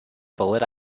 bullet